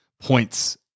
points